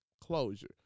closure